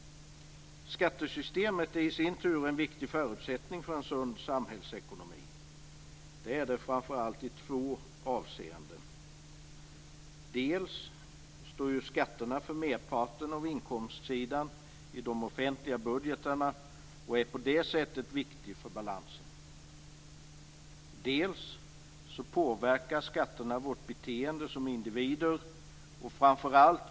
Skattesystemet är i sin tur en viktig förutsättning för en sund samhällsekonomi. Det är det framför allt i två avseenden. Dels står ju skatterna för merparten av inkomstsidan i de offentliga budgetarna och är på det sättet viktiga för balansen. Dels påverkar skatterna vårt beteende som individer.